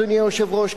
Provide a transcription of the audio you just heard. אדוני היושב-ראש,